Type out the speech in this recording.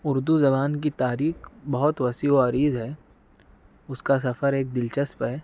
اردو زبان کی تاریخ بہت وسیع و عریض ہے اس کا سفر ایک دلچسپ ہے